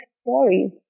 stories